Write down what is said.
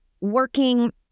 working